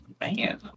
man